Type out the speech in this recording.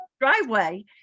driveway